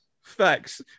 Facts